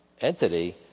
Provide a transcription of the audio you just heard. entity